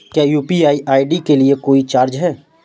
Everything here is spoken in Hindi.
क्या यू.पी.आई आई.डी के लिए कोई चार्ज है?